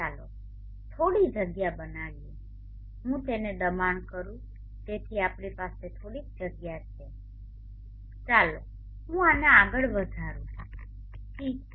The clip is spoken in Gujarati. ચાલો થોડી જગ્યા બનાવીએ ચાલો હું તેને દબાણ કરું જેથી આપણી પાસે થોડીક જગ્યા છે ચાલો હું આને આગળ વધારું ઠીક છે